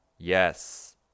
Yes